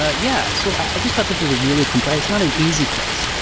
ah yeah, so i just thought this was a really complex it's not an easy case.